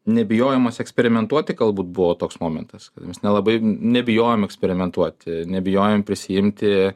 nebijojimas eksperimentuoti galbūt buvo toks momentas mes nelabai nebijojom eksperimentuoti nebijojom prisiimti